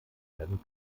werden